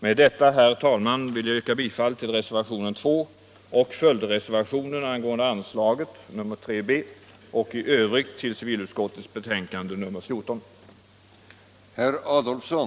Med detta, herr talman, vill jag yrka bifall till reservationen 2, till följdreservationen 3 b angående anslaget och i övrigt till civilutskottets hemställan i dess betänkande nr 14.